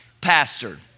pastor